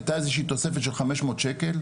היתה איזו שהיא תוספת של חמש מאות שקל,